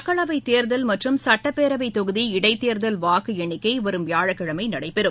மக்களவை தேர்தல் மற்றும் சட்டப்பேரவை தொகுதி இடைத்தேர்தல் வாக்கு எண்ணிக்கை வரும் வியாழக்கிழமை நடைபெறும்